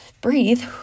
breathe